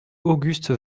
auguste